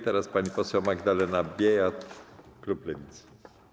Teraz pani poseł Magdalena Biejat, klub Lewicy.